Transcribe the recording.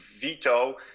veto